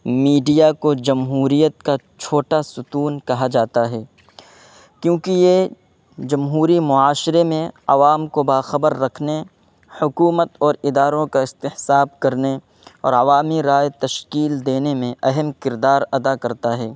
media کو جمہوریت کا چھوٹا ستون کہا جاتا ہے کیونکہ یہ جمہوری معاشرے میں عوام کو باخبر رکھنے حکومت اور اداروں کا احتساب کرنے اور عوامی رائے تشکیل دینے میں اہم کردار ادا کرتا ہے